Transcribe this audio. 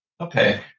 okay